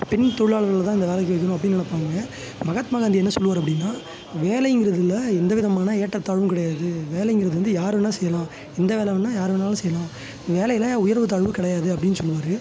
பெண் தொழிலாளர்கள் தான் இந்த வேலைக்கு வைக்கணும் அப்படின்னு நெனைப்பாங்க மகாத்மா காந்தி என்ன சொல்லுவார் அப்படின்னா வேலைங்கிறதில் எந்த விதமான ஏற்றத்தாழ்வும் கிடையாது வேலைங்கிறது வந்து யார் வேணால் செய்யலாம் எந்த வேலை வேணா யார் வேணாலும் செய்லாம் வேலையில் உயர்வு தாழ்வு கிடையாது அப்படின்னு சொல்லுவார்